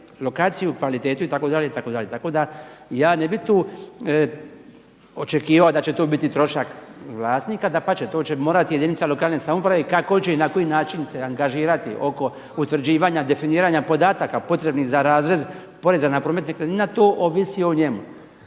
lokaciju, kvalitetu, itd., itd. Tako da ja ne bih tu očekivao da će to biti trošak vlasnika, dapače to će morati jedinica lokalne samouprave. Kako će i na koji način se angažirati oko utvrđivanja definiranja podataka potrebnih za razrez poreza na promet nekretnina, to ovisi o njemu.